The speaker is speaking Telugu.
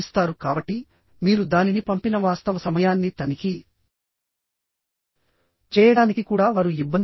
కాబట్టి మీరు దానిని పంపిన వాస్తవ సమయాన్ని తనిఖీ చేయడానికి కూడా వారు ఇబ్బంది పడరు